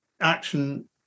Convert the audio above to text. action